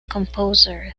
composer